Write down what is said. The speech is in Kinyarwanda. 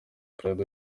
perezida